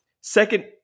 second